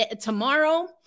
tomorrow